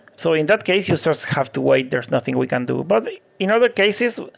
so in that case, users have to wait. there's nothing we can do. but in other cases,